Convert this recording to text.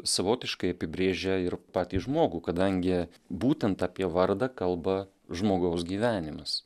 savotiškai apibrėžia ir patį žmogų kadangi būtent apie vardą kalba žmogaus gyvenimas